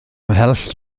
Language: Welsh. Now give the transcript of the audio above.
ymhell